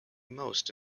most